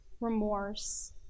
remorse